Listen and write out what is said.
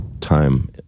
time